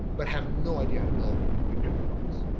but have no idea how to build good crypto promise,